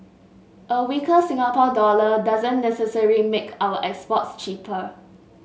a weaker Singapore dollar doesn't necessary make our exports cheaper